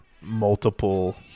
multiple